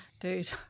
dude